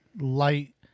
light